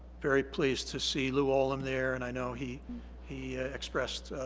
very pleased to see lou oland there and i know he he expressed